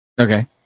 okay